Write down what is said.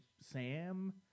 Sam